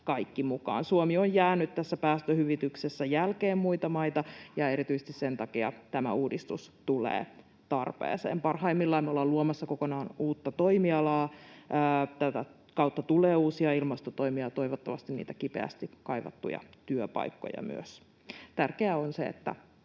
Suomi on jäänyt tässä päästöhyvityksessä jälkeen muita maita, ja erityisesti sen takia tämä uudistus tulee tarpeeseen. Parhaimmillaan me ollaan luomassa kokonaan uutta toimialaa, ja tätä kautta tulee uusia ilmastotoimia ja toivottavasti niitä kipeästi kaivattuja työpaikkoja myös. Tärkeää on se, että